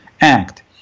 act